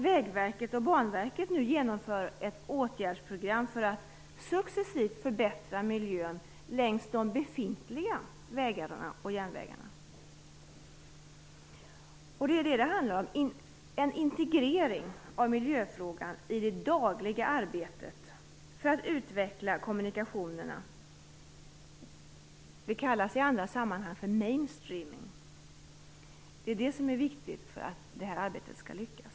Vägverket och Banverket genomför nu ett åtgärdsprogram för att successivt förbättra miljön längs de befintliga vägarna och järnvägarna. Det handlar om en integrering av miljöfrågan i det dagliga arbetet för att utveckla kommunikationerna. Det kallas i andra sammanhang för mainstreaming. Det är viktigt för att arbetet skall lyckas.